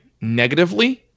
negatively